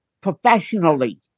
professionally